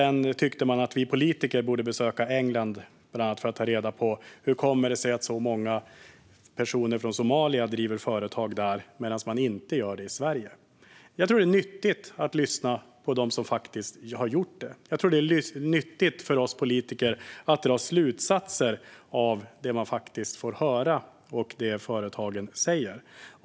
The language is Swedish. Man tycker dessutom att vi politiker borde besöka England för att bland annat ta reda på hur det kommer sig att så många personer från Somalia driver företag där, medan man inte gör det i Sverige. Jag tror att det är nyttigt att lyssna på dem som har gjort detta. Jag tror också att det är nyttigt för oss politiker att dra slutsatser av det vi får höra och det som företagarna säger.